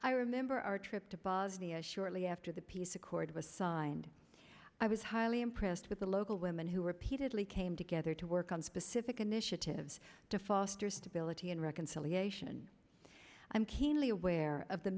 i remember our trip to bosnia shortly after the peace accord was signed i was highly impressed with the local women who repeatedly came together to work on specific initiatives to foster stability and reconciliation i'm keenly aware of the